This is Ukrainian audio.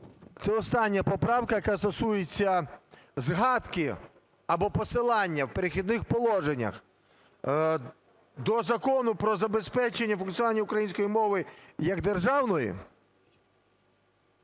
Це остання поправка, яка стосується згадки або посилання в "Перехідних положеннях" до Закону про забезпечення функціонування української мови як державної